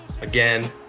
again